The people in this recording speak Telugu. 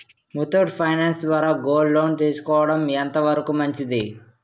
ముత్తూట్ ఫైనాన్స్ ద్వారా గోల్డ్ లోన్ తీసుకోవడం ఎంత వరకు మంచిది?